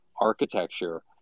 architecture